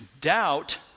doubt